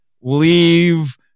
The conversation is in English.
leave